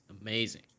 amazing